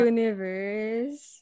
Universe